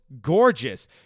gorgeous